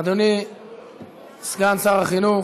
אדוני סגן שר החינוך,